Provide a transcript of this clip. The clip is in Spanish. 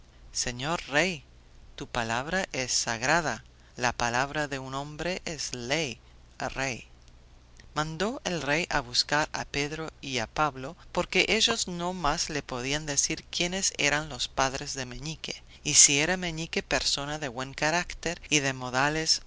señor rey tu palabra es sagrada la palabra de un hombre es ley rey mandó el rey a buscar a pedro y a pablo porque ellos no más le podían decir quiénes eran los padres de meñique y si era meñique persona de buen carácter y de modales